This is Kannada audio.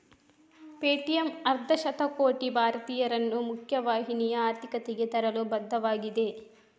ಪೇಟಿಎಮ್ ಅರ್ಧ ಶತಕೋಟಿ ಭಾರತೀಯರನ್ನು ಮುಖ್ಯ ವಾಹಿನಿಯ ಆರ್ಥಿಕತೆಗೆ ತರಲು ಬದ್ಧವಾಗಿದೆ